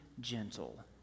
gentle